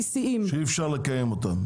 שאי אפשר לקיים אותם?